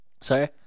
Sorry